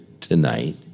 tonight